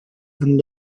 and